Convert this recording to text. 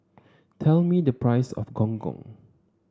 tell me the price of Gong Gong